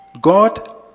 God